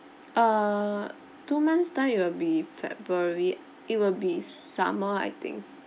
err two time it will be february it will be summer I think